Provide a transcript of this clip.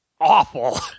awful